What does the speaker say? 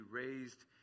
raised